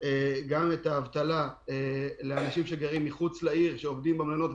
גם את האבטלה של אנשים שגרים מחוץ לעיר ועובדים במלונות,